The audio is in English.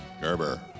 Gerber